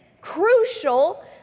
crucial